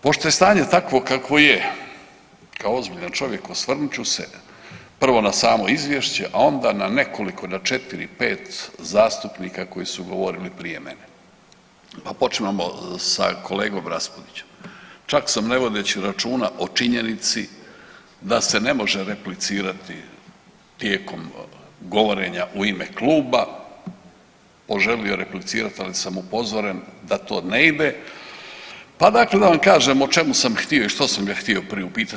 Pošto je stanje takvo kakvo je, kao ozbiljan čovjek osvrnut ću se prvo na samo izvješće, a onda na nekoliko na četiri, pet zastupnika koji su govorili prije mene, pa počimamo sa kolegom RAspudićem, čak sam ne vodeći računa o činjenici da se ne može replicirati tijekom govorenja u ime kluba poželio replicirati, ali sam upozoren da to ne ide, pa dakle da vam kažem o čemu sam htio i što sam ga htio priupitati.